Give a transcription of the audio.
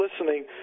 listening